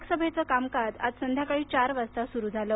लोकसभेचं कामकाज आज संध्याकाळी चार वाजता सुरू झालं